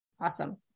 awesome